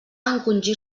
encongir